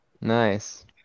Nice